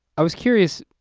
i was curious,